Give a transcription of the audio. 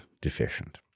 deficient